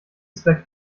zweck